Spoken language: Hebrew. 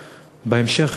בהמשך,